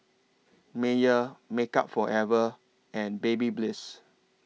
Mayer Makeup Forever and